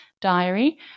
diary